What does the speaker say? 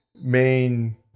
main